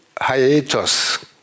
hiatus